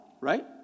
right